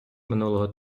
минулого